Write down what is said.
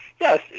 Yes